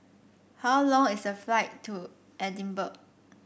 how long is the flight to Edinburgh